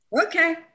Okay